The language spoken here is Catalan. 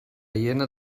hiena